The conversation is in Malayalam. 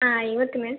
ആയി വയ്ക്കുന്നു